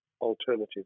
alternative